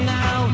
Now